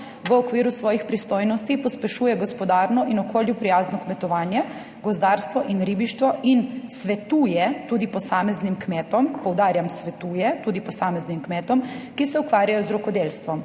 V okviru svojih pristojnosti pospešuje gospodarno in okolju prijazno kmetovanje, gozdarstvo in ribištvo in svetuje tudi posameznim kmetom, poudarjam, svetuje tudi posameznim kmetom, ki se ukvarjajo z rokodelstvom.